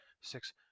Six